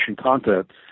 content